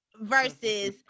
versus